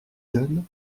donne